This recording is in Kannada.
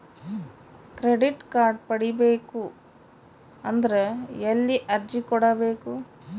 ಕ್ರೆಡಿಟ್ ಕಾರ್ಡ್ ಪಡಿಬೇಕು ಅಂದ್ರ ಎಲ್ಲಿ ಅರ್ಜಿ ಕೊಡಬೇಕು?